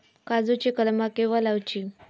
काजुची कलमा केव्हा लावची?